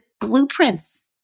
blueprints